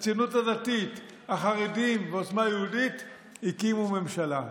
הציונות הדתית, החרדים ועוצמה יהודית הקימו ממשלה.